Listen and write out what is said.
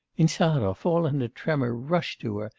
insarov, all in a tremor, rushed to her,